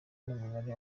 n’umubare